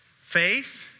faith